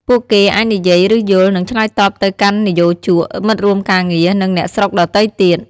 ពួកគេអាចនិយាយ ឬយល់ និងឆ្លើយតបទៅកាន់និយោជក មិត្តរួមការងារ និងអ្នកស្រុកដទៃទៀត។